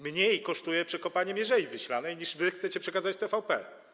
Mniej kosztuje przekopanie Mierzei Wiślanej, niż wy chcecie przekazać TVP.